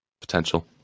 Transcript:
Potential